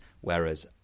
Whereas